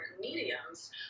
mediums